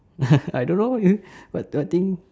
I don't know what ya but the thing